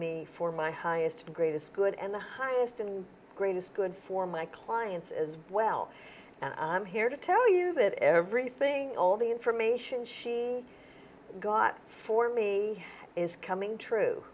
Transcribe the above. me for my highest greatest good and the highest and greatest good for my clients as well and i'm here to tell you that everything all the information she got for me is coming true